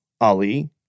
Ali